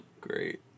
Great